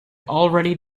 already